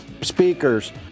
Speakers